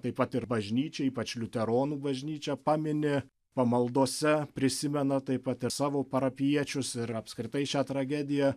taip pat ir bažnyčia ypač liuteronų bažnyčia pamini pamaldose prisimena taip pat ir savo parapijiečius ir apskritai šią tragediją